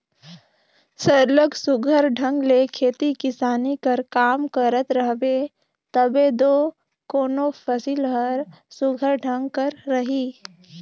सरलग सुग्घर ढंग ले खेती किसानी कर काम करत रहबे तबे दो कोनो फसिल हर सुघर ढंग कर रही